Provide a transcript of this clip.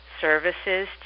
services